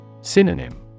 Synonym